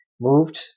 moved